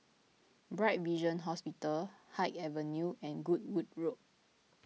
Bright Vision Hospital Haig Avenue and Goodwood Road